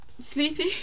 sleepy